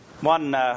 One